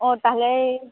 ᱚ ᱛᱟᱦᱚᱞᱮ